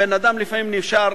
בן-אדם לפעמים נשאר